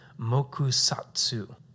mokusatsu